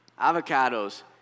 Avocados